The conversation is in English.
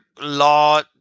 law